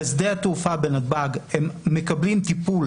בשדה התעופה בנתב"ג הם מקבלים טיפול,